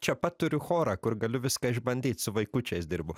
čia pat turiu chorą kur galiu viską išbandyt su vaikučiais dirbu